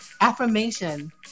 affirmation